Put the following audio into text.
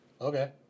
Okay